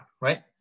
right